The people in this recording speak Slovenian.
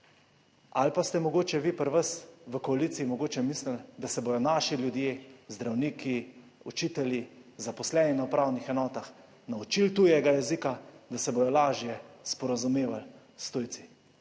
Ali pa ste mogoče vi pri vas v koaliciji mogoče mislili, da se bodo naši ljudje, zdravniki, učitelji, zaposleni na upravnih enotah naučili tujega jezika, da se bodo lažje sporazumevali s tujci?